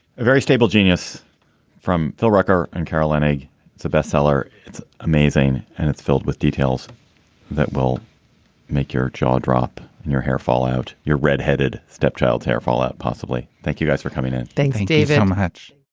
a very stable genius from phil rucker in carolina. it's a bestseller. it's amazing. and it's filled with details that will make your jaw drop and your hair fall out. you're red headed stepchild. hair fallout, possibly. thank you guys for coming in thanks, um how much?